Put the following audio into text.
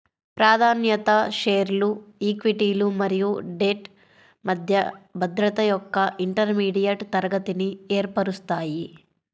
ప్రాధాన్యత షేర్లు ఈక్విటీలు మరియు డెట్ మధ్య భద్రత యొక్క ఇంటర్మీడియట్ తరగతిని ఏర్పరుస్తాయి